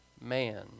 man